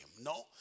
No